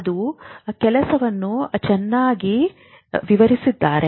ಅವರು ಕೆಲಸವನ್ನು ಚೆನ್ನಾಗಿ ವಿವರಿಸಿದ್ದಾರೆ